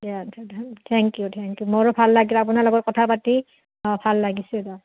দিয়া thank you thank you মোৰো ভাল লাগিলে আপোনাৰ লগত কথা পাতি অঁ ভাল লাগিছে দিয়া